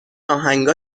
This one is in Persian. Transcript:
آهنگها